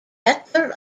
better